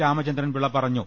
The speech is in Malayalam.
രാമച ന്ദ്രൻപിള്ള പറഞ്ഞു